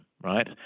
Right